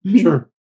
sure